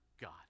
God